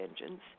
engines